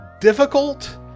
difficult